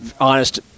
honest –